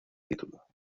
título